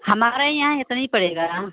हमारे यहाँ इतना ही पड़ेगा